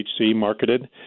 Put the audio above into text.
marketed